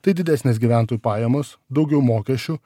tai didesnės gyventojų pajamos daugiau mokesčių